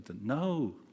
no